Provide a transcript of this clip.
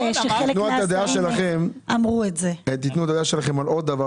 תנו את הדעה שלכם על עוד דבר